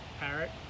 Parrot